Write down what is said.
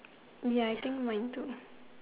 ya I think might need to